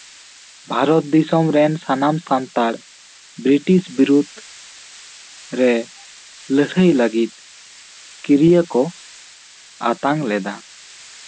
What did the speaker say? ᱵᱷᱟᱨᱚᱛ ᱫᱤᱥᱚᱢ ᱨᱮᱱ ᱥᱟᱱᱟᱢ ᱥᱟᱱᱛᱟᱲ ᱵᱨᱤᱴᱤᱥ ᱵᱤᱨᱩᱫ ᱨᱮ ᱞᱟᱹᱲᱦᱟᱹᱭ ᱞᱟᱹᱜᱤᱫ ᱠᱤᱨᱭᱟᱹ ᱠᱚ ᱟᱛᱟᱝ ᱞᱮᱫᱟ